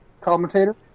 Commentator